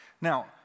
Now